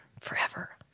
forever